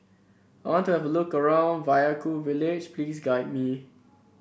I want to have a look around Vaiaku village Please guide me